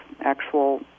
actual